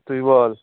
তুই বল